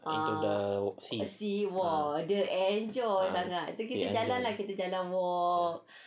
into the sea ah ya ah